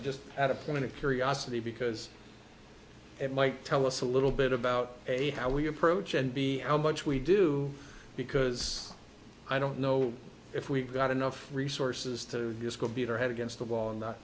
i'm just at a point of curiosity because it might tell us a little bit about a how we approach and b how much we do because i don't know if we've got enough resources to just go beat her head against the wall and